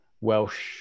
Welsh